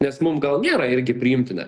nes mum gal nėra irgi priimtina